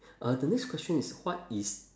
uh the next question is what is